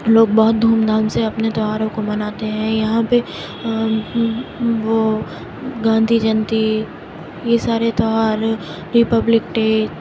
لوگ بہت دھوم دھام سے اپنے تیوہاروں کو مناتے ہیں یہاں پہ وہ گاندھی جینتی یہ سارے تیوہار ریپبلک ڈے